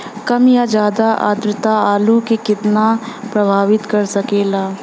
कम या ज्यादा आद्रता आलू के कितना प्रभावित कर सकेला?